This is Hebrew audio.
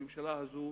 הממשלה הזו,